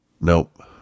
Nope